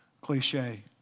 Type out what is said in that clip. cliche